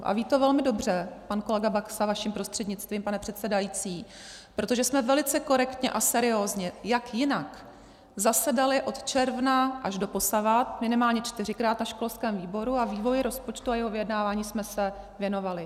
A ví to velmi dobře pan kolega Baxa, vaším prostřednictvím, pane předsedající, protože jsme velice korektně a seriózně, jak jinak, zasedali od června až doposud minimálně čtyřikrát na školském výboru a vývoji rozpočtu a jeho vyjednávání jsme věnovali.